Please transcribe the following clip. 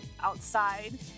outside